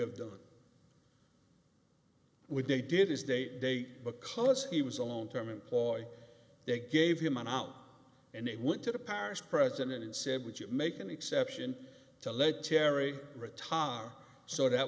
have done when they did is they because he was a long term employ they gave him out and they went to the parish president and said would you make an exception to lead terry retard so that